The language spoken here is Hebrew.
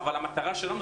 המטרה שלנו,